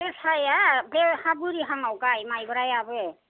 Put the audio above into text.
जोसाया बे हा बोरिहांआव गाय मायब्रायाबो